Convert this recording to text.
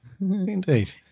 indeed